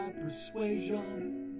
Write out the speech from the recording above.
persuasion